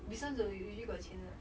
business 的 usually got 钱的